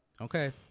okay